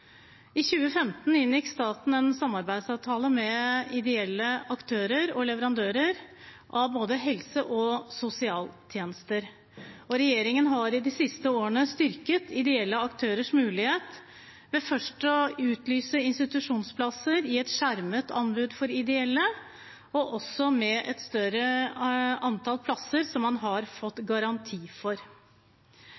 I 2015 inngikk staten en samarbeidsavtale med ideelle aktører og leverandører av både helse- og sosialtjenester, og regjeringen har de siste årene styrket ideelle aktørers mulighet, først ved å utlyse institusjonsplasser i et skjermet anbud for ideelle, og også med et større antall plasser som man har fått